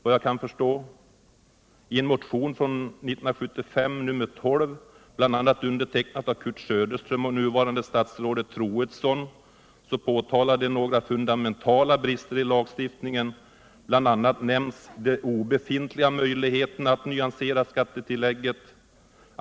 I en motion år 1975, nr 12, undertecknad av bl.a. Kurt Söderström och nuvarande statsrådet Troedsson, påtalas några fundamentala brister i lagstiftningen. Bl.a. nämns de ”obefintliga möjligheterna att nyansera skattetillägget”.